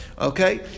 Okay